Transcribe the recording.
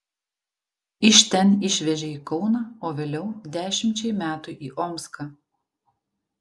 iš ten išvežė į kauną o vėliau dešimčiai metų į omską